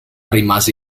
rimase